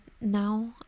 now